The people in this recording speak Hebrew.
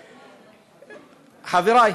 חברי,